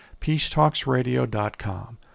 peacetalksradio.com